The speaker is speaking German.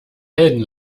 helden